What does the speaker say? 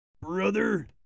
Brother